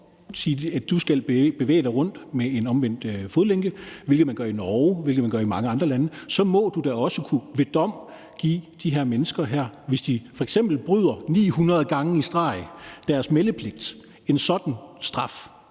skal bevæge sig rundt med en omvendt fodlænke, hvilket man gør i Norge, hvilket man gør i mange andre lande, så må du da også ved dom kunne give de her mennesker, hvis de f.eks. 900 gange i streg bryder deres meldepligt, en sådan straf.